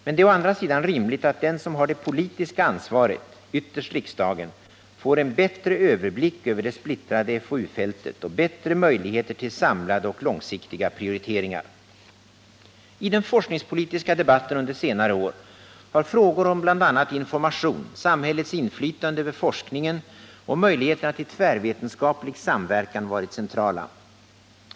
Men det är å andra sidan rimligt att den som har det politiska ansvaret — ytterst riksdagen — får en bättre överblick över det splittrade FoU-fältet och bättre möjligheter till samlade långsiktiga prioriteringar. I den forskningspolitiska debatten under senare år har frågor om bl.a. information, samhällets inflytande över forskningen och möjligheterna till tvärvetenskaplig samverkan varit centrala.